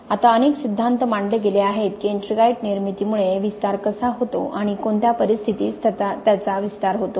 आता अनेक सिद्धांत मांडले गेले आहेत की एट्रिंगाइट निर्मितीमुळे विस्तार कसा होतो आणि कोणत्या परिस्थितीत त्याचा विस्तार होतो